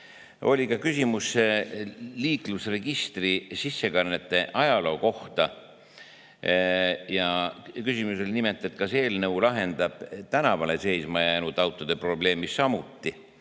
Oli ka küsimus liiklusregistri sissekannete ajaloo kohta. Küsimus oli nimelt, kas eelnõu lahendab tänavale seisma jäänud autode probleemi, mille